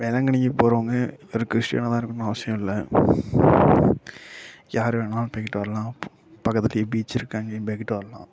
வேளாங்கண்ணிக்கு போகிறவங்க ஒரு கிறிஸ்டின்னாக தான் இருக்கணுன்னு அவசியம் இல்லை யாரு வேணாலும் போயிட்டு வரலாம் பக்கத்திலியே பீச் இருக்குது அங்கேயும் போயிட்டு வரலாம்